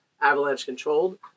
avalanche-controlled